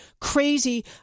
crazy